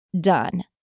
done